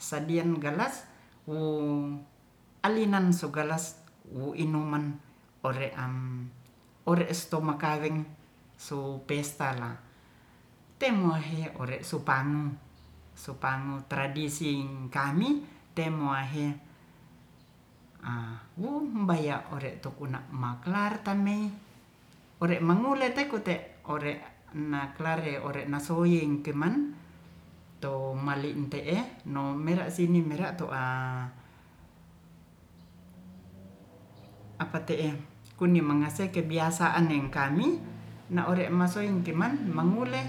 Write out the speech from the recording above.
sadianggalas wo alinan su galas wo inuman ore ore sto makaweng so pesta la temo hoe ore supamu su pango tradisi kami te muahi bum baya ore tokuna makelar tamei ore mangule takute ore na klar ore nasuying keman to mali te'e ni mera sini mera to a apa te'e kuni mangase kebiasaan neng kami na ore masoe keman mangure